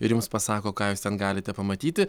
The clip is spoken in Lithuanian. ir jums pasako ką jūs ten galite pamatyti